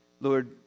Lord